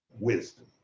wisdom